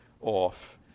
off